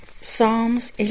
Psalms